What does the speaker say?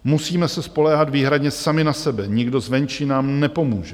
Musíme se spoléhat výhradně sami na sebe, nikdo zvenčí nám nepomůže.